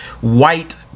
white